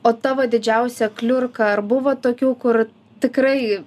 o tavo didžiausia kliurka ar buvo tokių kur tikrai